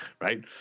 Right